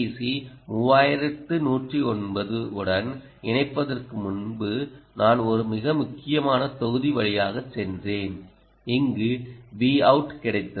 C 3109 உடன் இணைப்பதற்கு முன்பு நான் ஒரு மிக முக்கியமான தொகுதி வழியாக சென்றேன் இங்கு Vout கிடைத்தது